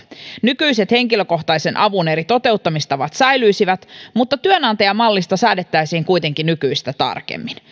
nykyiset henkilökohtaisen avun eri toteuttamistavat säilyisivät mutta työnantajamallista säädettäisiin kuitenkin nykyistä tarkemmin